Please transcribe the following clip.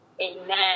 Amen